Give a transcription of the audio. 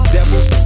Devils